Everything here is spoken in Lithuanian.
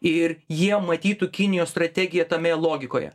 ir jie matytų kinijos strategiją tame logikoje